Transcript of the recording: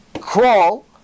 Crawl